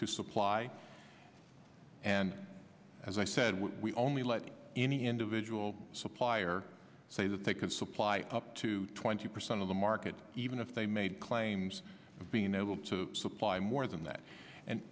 two supply and as i said we only letting any individual supplier say that they could supply up to twenty percent of the market even if they made claims being able to supply more than